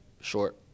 short